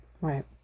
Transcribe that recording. Right